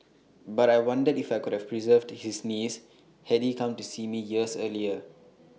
but I wondered if I could have preserved his knees had he come to see me years earlier